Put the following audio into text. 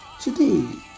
Today